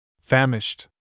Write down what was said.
Famished